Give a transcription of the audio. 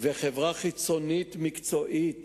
וחברה חיצונית מקצועית